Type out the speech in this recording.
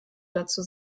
dazu